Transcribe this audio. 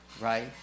right